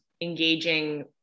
engaging